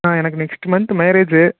ஆ எனக்கு next month marriage